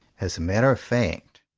as a matter of fact,